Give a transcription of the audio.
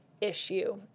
issue